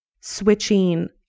switching